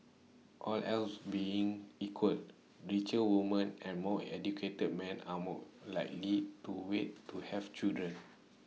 all else being equal richer woman and more educated men are more likely to wait to have children